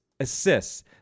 assists